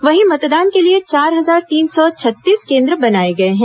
वहीं मतदान के लिए चार हजार तीन सौ छत्तीस केंद्र बनाए गए हैं